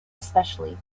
especially